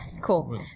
Cool